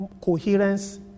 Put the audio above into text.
coherence